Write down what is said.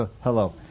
hello